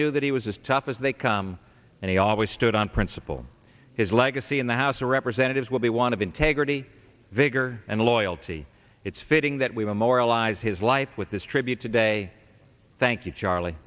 knew that he was as tough as they come and he always stood on principle his legacy in the house of representatives what they want of integrity vigor and loyalty it's fitting that we don't moralize his life with this tribute today thank you charlie